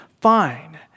fine